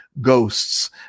ghosts